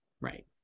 right